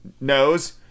knows